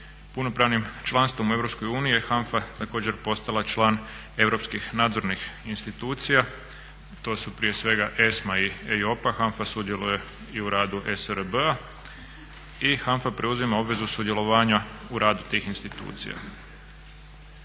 Punopravnim članstvom u EU je HANFA također postala član europskih nadzornih institucija, to su prije svega ESMA i EIOPA, HANFA sudjeluje i u radu ESRB-a i HANFA preuzima obvezu sudjelovanja u radu tih institucija.